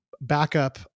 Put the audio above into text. backup